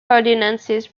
ordinances